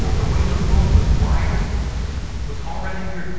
the way the world was wired was already weird.